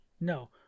No